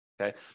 Okay